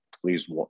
please